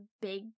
big